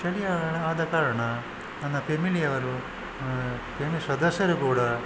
ಚಳಿ ಆದ ಕಾರಣ ನನ್ನ ಫೆಮಿಲಿಯವರು ಕೆಲವು ಸದಸ್ಯರು ಕೂಡ